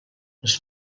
les